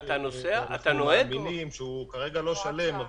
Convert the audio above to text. שאנחנו מבינים שהוא כרגע לא שלם,